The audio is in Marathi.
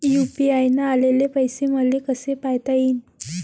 यू.पी.आय न आलेले पैसे मले कसे पायता येईन?